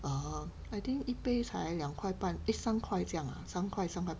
err I think 一杯才两块半 eh 三块这样 ah 三块三块